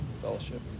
fellowship